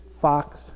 Fox